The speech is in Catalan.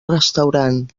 restaurant